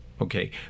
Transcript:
Okay